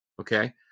okay